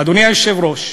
אדוני היושב-ראש,